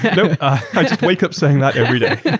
i wake up saying that everyday. yeah